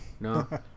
No